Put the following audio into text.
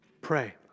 Pray